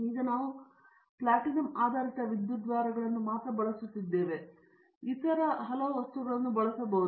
ಈಗ ನಾವು ಪ್ಲಾಟಿನಮ್ ಆಧಾರಿತ ವಿದ್ಯುದ್ವಾರಗಳನ್ನು ಮಾತ್ರ ಬಳಸುತ್ತಿದ್ದೇವೆ ಆದರೆ ಈಗ ನಾವು ಇತರ ಹಲವು ವಸ್ತುಗಳನ್ನು ಬಳಸಬಹುದು